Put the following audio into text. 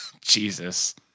Jesus